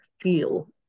feel